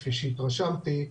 כפי שהתרשמתי,